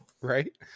Right